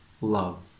love